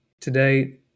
today